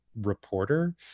reporter